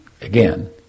again